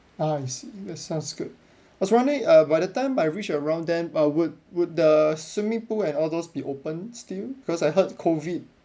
ah I see that sounds good I was wondering uh by the time I reach around then uh would would the swimming pool and all those be opened still because I heard COVID